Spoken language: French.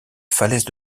falaises